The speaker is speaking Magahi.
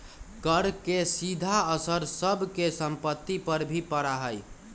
कर के सीधा असर सब के सम्पत्ति पर भी पड़ा हई